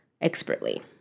expertly